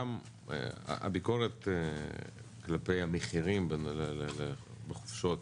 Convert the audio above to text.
גם הביקורת כלפי המחירים בחופשות,